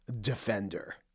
Defender